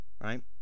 right